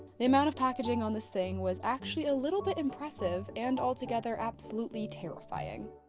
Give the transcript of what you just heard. the amount of packaging on this thing was actually a little bit impressive and altogether absolutely terrifying.